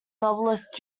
novelist